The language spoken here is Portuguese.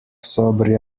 sobre